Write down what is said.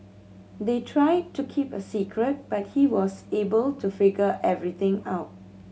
they tried to keep a secret but he was able to figure everything out